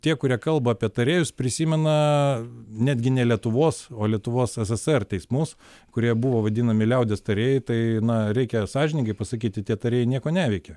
tie kurie kalba apie tarėjus prisimena netgi ne lietuvos o lietuvos ssr teismus kurie buvo vadinami liaudies tarėjai tai reikia sąžiningai pasakyti tie tarėjai nieko neveikė